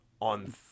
on